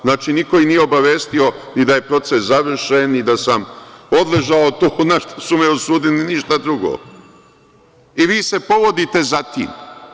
Znači, niko ih nije obavestio ni da je proces završen, ni da sam odležao to na šta su me osudili, ništa drugo i vi se povodite za tim?